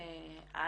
תודה.